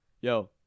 yo